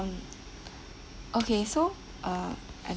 um okay so uh